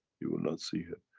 you will not see her.